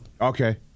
Okay